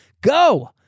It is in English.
go